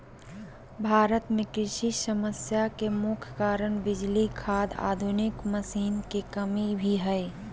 भारत में कृषि समस्या के मुख्य कारण बिजली, खाद, आधुनिक मशीन के कमी भी हय